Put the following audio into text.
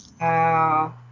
Wow